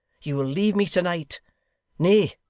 you will leave me to-night nay,